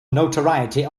notoriety